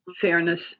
Fairness